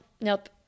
nope